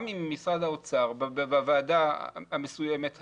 גם אם משרד האוצר, בוועדה המסוימת האחרת,